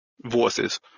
voices